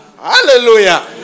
Hallelujah